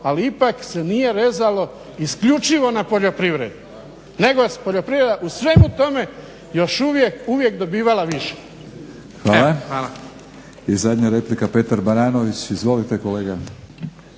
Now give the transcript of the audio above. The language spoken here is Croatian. ali ipak se nije rezalo isključivo na poljoprivredi nego je poljoprivreda u svemu tome još uvijek dobivala više. Hvala. **Batinić, Milorad (HNS)** Hvala. I zadnja replika, Petar Baranović. Izvolite kolega.